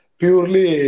purely